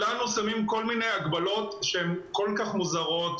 לנו שמים כל מיני הגבלות שהן כל כך מוזרות,